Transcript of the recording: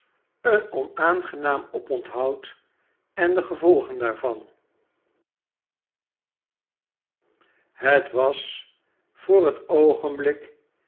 een onaangenaam opontho ud en de gevolgen daarvan het was voor het oogenblik